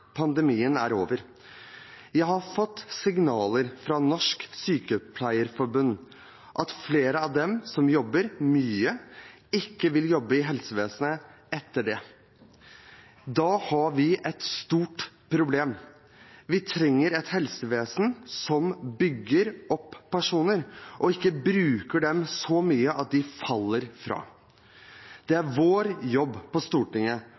pandemien er over. Jeg har fått signaler fra Norsk Sykepleierforbund om at flere av dem som jobber mye, ikke vil jobbe i helsevesenet etter det. Da har vi et stort problem. Vi trenger et helsevesen som bygger opp personer, ikke bruker dem så mye at de faller fra. Det er vår jobb på Stortinget,